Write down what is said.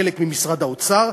חלק ממשרד האוצר,